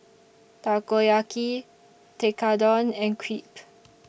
Takoyaki Tekkadon and Crepe